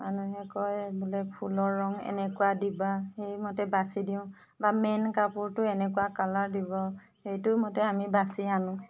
মানুহে কয় বোলে ফুলৰ ৰং এনেকুৱা দিবা সেইমতে বাচি দিও বা মেইন কাপোৰটো এনেকুৱা কালাৰ দিব সেইটো মতে আমি বাচি আনো